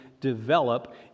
develop